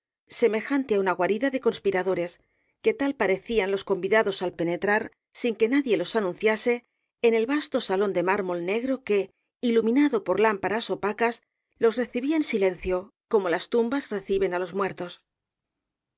semejante á una guarida de conspiradores que tal parecían los convidados al penetrar sin que nadie los anunciase en el vasto salón de mármol negro que iluminado por lámparas opacas los recibía en silencio como las tumbas reciben á los muertos